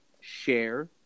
share